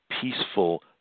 peaceful